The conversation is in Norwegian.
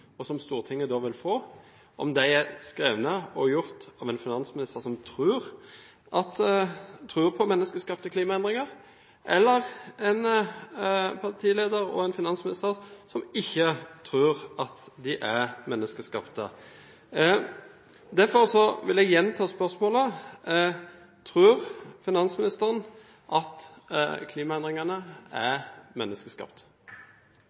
og som Stortinget da vil få, er skrevet og gjort av en finansminister som tror på menneskeskapte endringer, eller av en partileder og en finansminister som ikke tror at de er menneskeskapte. Derfor vil jeg gjenta spørsmålet: Tror finansministeren at klimaendringene